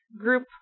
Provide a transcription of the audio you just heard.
group